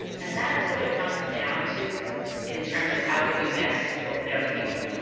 and that's what it comes down to in terms of how can we best support young people.